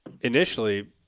initially